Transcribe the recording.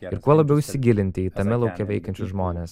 ir kuo labiau įsigilinti į tame lauke veikiančius žmones